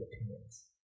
opinions